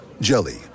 Jelly